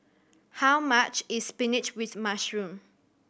how much is spinach with mushroom